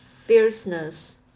fierceness